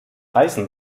eisen